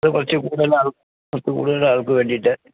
അത് പക്ഷേ കൂടുതലാവും കൂടുതൽ ആൾക്ക് വേണ്ടിയിട്ട്